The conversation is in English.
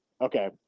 Okay